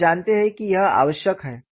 आप जानते हैं कि यह आवश्यक है